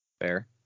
Fair